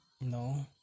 no